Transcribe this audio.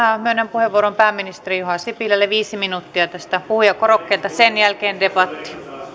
myönnän puheenvuoron pääministeri juha sipilälle viisi minuuttia tästä puhujakorokkeelta sen jälkeen debatti